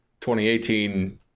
2018